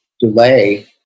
delay